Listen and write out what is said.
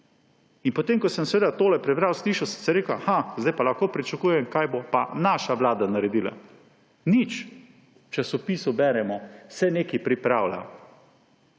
Potem ko sem seveda tole prebral, slišal, sem si rekel, aha, zdaj pa lahko pričakujem, kaj bo pa naša vlada naredila. Nič! V časopisu beremo: se nekaj pripravlja.